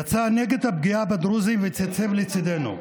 יצא נגד הפגיעה בדרוזים והתייצב לצידנו.